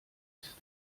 ist